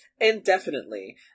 indefinitely